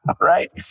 Right